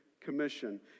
commission